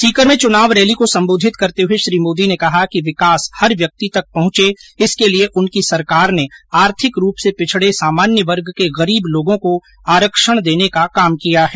सीकर में चुनावी रैली को सम्बोधित करते हुए श्री मोदी ने कहा कि विकास हर व्यक्ति तक पहुंचे इसके लिये उनकी सरकार ने आर्थिक रूप से पिछड़े सामान्य वर्ग के गरीब लोगों को आरक्षण देने का काम किया है